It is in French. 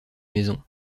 maison